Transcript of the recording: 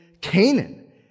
Canaan